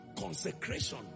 consecration